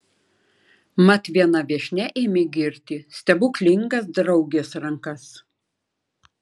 mat viena viešnia ėmė girti stebuklingas draugės rankas